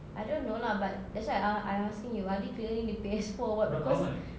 I don't know lah but that's why I a~ I asking you are they clearing the P_S four or what because